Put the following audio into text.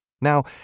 Now